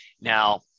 Now